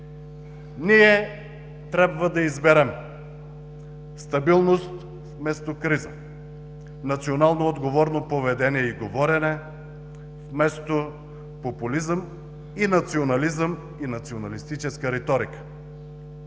Ние трябва да изберем стабилност вместо криза, националноотговорно поведение и говорене вместо популизъм и национализъм, и националистическа риторика.